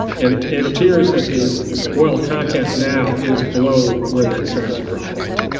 and it appears that the oil content now is below where that starts to drop off.